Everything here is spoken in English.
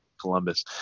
Columbus